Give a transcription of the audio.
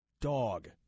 Dog